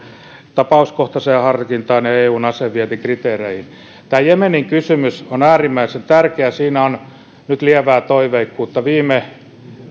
tapauskohtaiseen harkintaan ja eun asevientikriteereihin tämä jemenin kysymys on äärimmäisen tärkeä siinä on nyt lievää toiveikkuutta viime